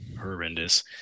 Horrendous